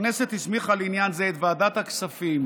הכנסת הסמיכה לעניין זה את ועדת הכספים,